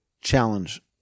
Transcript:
challenge